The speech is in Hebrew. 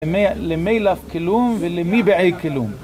למי לך כלום ולמי בעי כלום